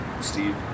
Steve